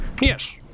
Yes